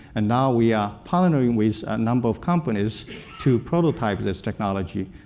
and now we are partnering with a number of companies to prototype this technology.